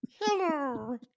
Hello